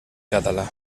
català